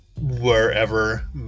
wherever